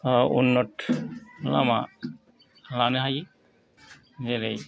उन्नत लामा लानो हायो जेरै